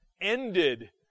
ended